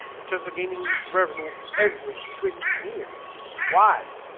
in terms of gaming revenue every freaking near why